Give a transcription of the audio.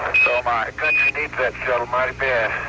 so am i. country needs that shuttle mighty bad.